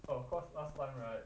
orh cause last time right